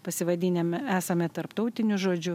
pasivadinę m esame tarptautiniu žodžiu